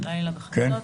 הלילה בחצות.